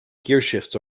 gearshifts